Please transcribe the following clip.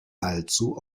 allzu